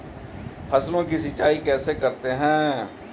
फसलों की सिंचाई कैसे करते हैं?